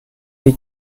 they